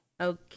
Okay